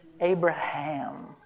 Abraham